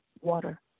Water